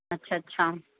अच्छा अच्छा